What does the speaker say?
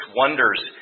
wonders